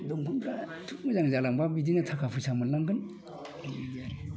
दंफांफ्रा मोजां जालांब्ला बिदिनो थाखा फैसा मोनलांगोन बेनो आरो